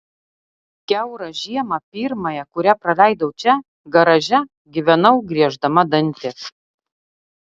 kiaurą žiemą pirmąją kurią praleidau čia garaže gyvenau grieždama dantį